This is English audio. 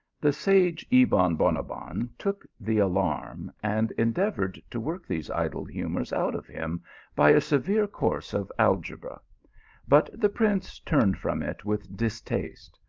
the sage kbon bonabbon took the alarm, and endeavoured to work these idle humours out of him by a severe course of algebra but the prince turned from it-with distaste.